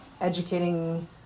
educating